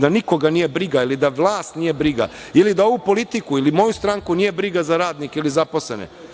da nikoga nije briga ili da vlast nije briga ili da ovu politiku ili moju stranku nije briga za radnike ili zaposlene.